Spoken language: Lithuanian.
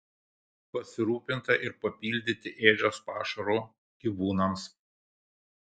pasirūpinta ir papildyti ėdžias pašaru gyvūnams